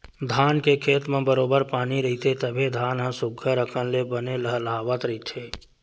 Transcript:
धान के खेत म बरोबर पानी रहिथे तभे धान ह सुग्घर अकन ले बने लहलाहवत रहिथे